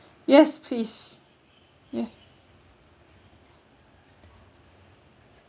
yes please yes